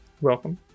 Welcome